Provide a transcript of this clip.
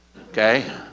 Okay